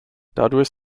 dadurch